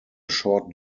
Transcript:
short